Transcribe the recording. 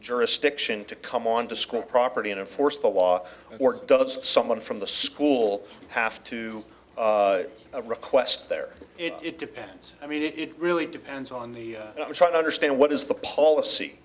jurisdiction to come on to school property in a force the law or does someone from the school have to a request there it depends i mean it really depends on the i'm trying to understand what is the policy